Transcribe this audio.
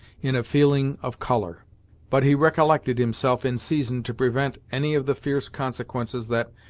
in a feeling of colour but he recollected himself in season to prevent any of the fierce consequences that,